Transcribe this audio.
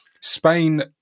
Spain